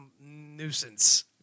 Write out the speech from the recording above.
nuisance